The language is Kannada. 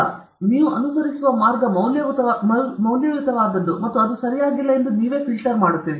ಆದ್ದರಿಂದ ನೀವು ಅನುಸರಿಸುವ ಮಾರ್ಗ ಮೌಲ್ಯಯುತವಾದದ್ದು ಮತ್ತು ಅದು ಸರಿಯಾಗಿಲ್ಲ ಎಂದು ನೀವೇ ಫಿಲ್ಟರ್ ಮಾಡುತ್ತೀರಿ